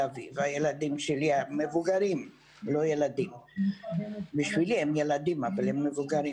אביב בשבילי הם ילדים אבל הם מבוגרים